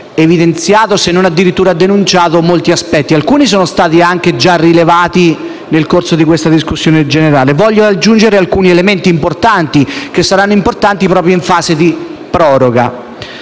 evidenziato, se non addirittura denunciato, molti aspetti, alcuni dei quali sono stati già rilevati anche nel corso di questa discussione generale. Voglio aggiungere alcuni elementi che saranno importanti proprio in fase di proroga.